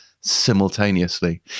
simultaneously